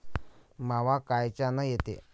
मावा कायच्यानं येते?